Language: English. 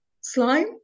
slime